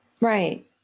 Right